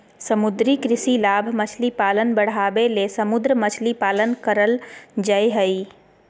समुद्री कृषि लाभ मछली पालन बढ़ाबे ले समुद्र मछली पालन करल जय हइ